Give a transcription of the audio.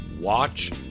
watch